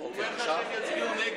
הוא אומר לך שהם יצביעו נגד.